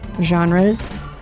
genres